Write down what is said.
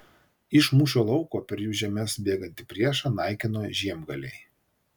iš mūšio lauko per jų žemes bėgantį priešą naikino žiemgaliai